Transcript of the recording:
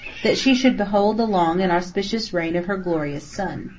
that she should behold the long and auspicious reign of her glorious son.